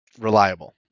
reliable